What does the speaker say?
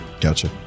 Gotcha